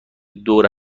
دور